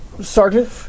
Sergeant